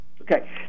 Okay